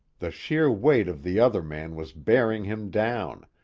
the sheer weight of the other man was bearing him down,